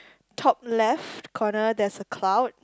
top left corner there's a cloud